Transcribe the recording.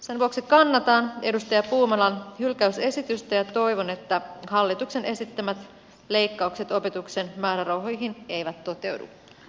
sen vuoksi kannatan edustaja puumalan hylkäysesitystä ja toivon että hallituksen esittämät leik kaukset opetuksen määrärahoihin eivät toteudu